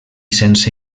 sense